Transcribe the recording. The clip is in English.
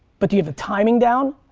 but do you have the timing down?